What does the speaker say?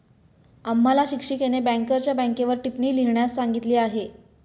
आम्हाला शिक्षिकेने बँकरच्या बँकेवर टिप्पणी लिहिण्यास सांगितली आहे